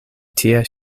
tie